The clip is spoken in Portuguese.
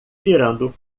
tirando